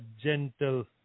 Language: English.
gentle